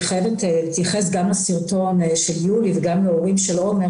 אני חייבת להתייחס גם לסרטון של יולי וגם להורים של עומר,